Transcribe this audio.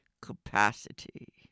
capacity